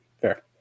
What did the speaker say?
fair